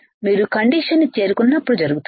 మీరు కండిషన్ ని చేరుకున్నప్పుడు జరుగుతుంది